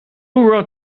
wrote